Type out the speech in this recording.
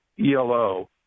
ELO